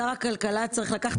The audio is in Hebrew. שר הכלכלה צריך לקחת את זה.